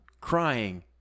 crying